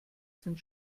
sind